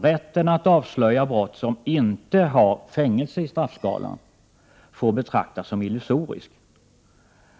Rätten att avslöja brott som inte har fängelse i straffskalan får betraktas som illusorisk.